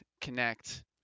connect